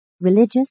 religious